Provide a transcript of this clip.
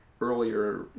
earlier